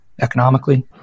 economically